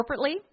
corporately